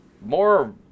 more